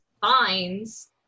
finds